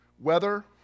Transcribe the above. weather